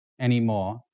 anymore